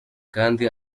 kandi